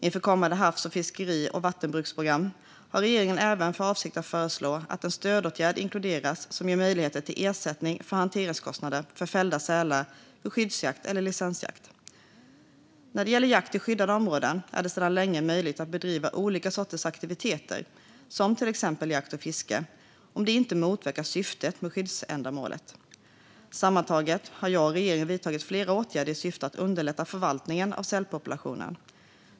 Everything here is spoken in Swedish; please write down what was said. Inför kommande havs, fiskeri och vattenbruksprogram har regeringen även för avsikt att föreslå att en stödåtgärd inkluderas som ger möjlighet till ersättning för hanteringskostnader för fällda sälar vid skyddsjakt eller licensjakt. När det gäller jakt i skyddade områden är det sedan länge möjligt att bedriva olika sorters aktiviteter som till exempel jakt och fiske om det inte motverkar syftet med skyddsändamålet. Sammantaget har jag och regeringen vidtagit flera åtgärder i syfte att underlätta förvaltningen av sälpopulationerna.